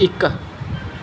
ਇੱਕ